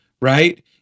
right